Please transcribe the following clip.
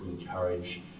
encourage